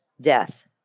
death